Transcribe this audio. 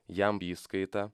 jam įskaita